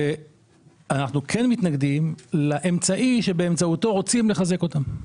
אנחנו כן מתנגדים לאמצעי שבאמצעותו רוצים לחזק אותם.